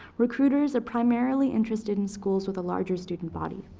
recruiters are primarily interested in schools with a larger student body.